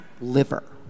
liver